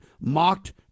mocked